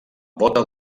bota